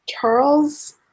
Charles